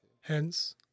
Hence